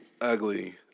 ugly